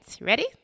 ready